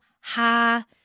ha